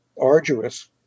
arduous